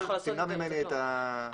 ימנע ממני את ה --- לא יכול לעשות עם זה כלום.